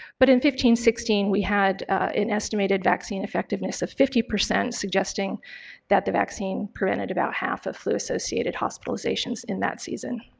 but in fifteen sixteen we had an estimated vaccine effectiveness of fifty percent suggesting that the vaccine prevented about half of flu associated hospitalizations in that season.